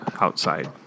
outside